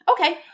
Okay